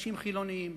לאנשים חילונים.